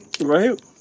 right